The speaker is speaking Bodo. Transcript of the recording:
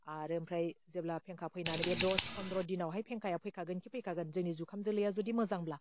आरो ओमफ्राय जेब्ला फेंखा फैनानै बे दस फनद्र दिनावहाय फेंखाया फैखागोनखि फैखागोन जोंनि जुखाम जोलैआ जुदि मोजांब्ला